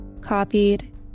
copied